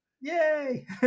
yay